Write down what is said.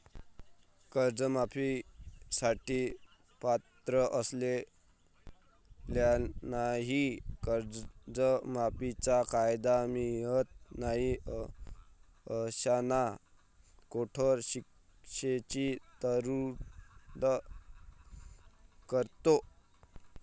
कर्जमाफी साठी पात्र असलेल्यांनाही कर्जमाफीचा कायदा मिळत नाही अशांना कठोर शिक्षेची तरतूद करतो